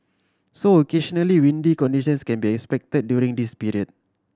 so occasionally windy conditions can be expected during this period